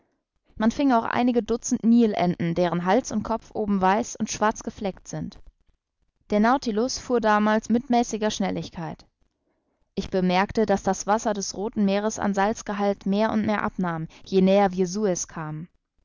man fing auch einige dutzend nil enten deren hals und kopf oben weiß und schwarz gefleckt sind der nautilus fuhr damals mit mäßiger schnelligkeit ich bemerkte daß das wasser des rothen meeres an salzgehalt mehr und mehr abnahm je näher wir suez kamen